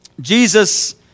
Jesus